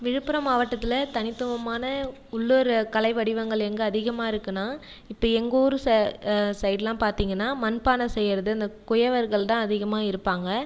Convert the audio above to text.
விழுப்புரம் மாவட்டத்தில் தனித்துவமான உள்ளூர் கலை வடிவங்கள் எங்கே அதிகமாக இருக்குனா இப்போ எங்கூர் ச சைடுலாம் பார்த்தீங்கனா மண் பானை செய்கிறது இந்த குயவர்கள் தான் அதிகமாக இருப்பாங்கள்